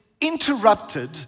interrupted